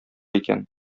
икән